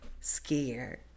scared